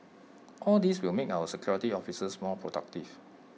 all these will make our security officers more productive